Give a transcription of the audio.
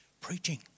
preaching